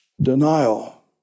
Denial